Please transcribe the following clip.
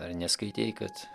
ar neskaitei kad